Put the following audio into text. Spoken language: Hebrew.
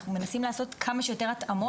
אנחנו מנסים לעשות כמה שיותר התאמות.